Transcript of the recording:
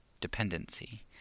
dependency